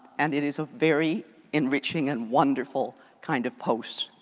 and it is a very enriching and wonderful kind of post.